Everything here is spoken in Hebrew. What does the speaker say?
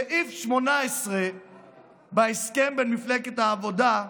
סעיף 18 בהסכם עם מפלגת העבודה,